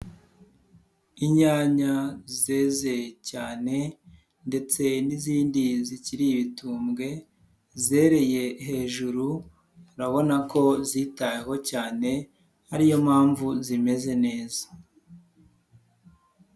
Inyanya zeze cyane ndetse n'izindi zikiri ibitumbwe zereye hejuru, urabona ko zitaweho cyane ari yo mpamvu zimeze neza.